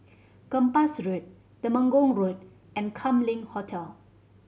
Kempas Road Temenggong Road and Kam Leng Hotel